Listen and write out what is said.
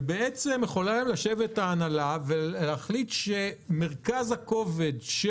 ובעצם יכולה ההנהלה להחליט שמרכז הכובד של